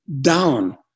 down